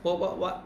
what what what